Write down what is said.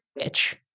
bitch